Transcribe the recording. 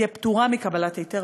תהיה פטורה מקבלת היתר,